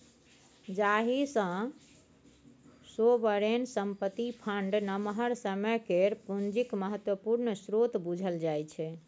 जाहि सँ सोवरेन संपत्ति फंड नमहर समय केर पुंजीक महत्वपूर्ण स्रोत बुझल जाइ छै